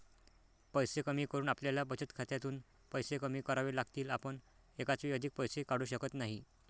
पैसे कमी करून आपल्याला बचत खात्यातून पैसे कमी करावे लागतील, आपण एकाच वेळी अधिक पैसे काढू शकत नाही